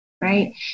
Right